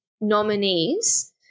nominees –